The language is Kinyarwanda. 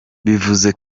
bivuze